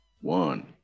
one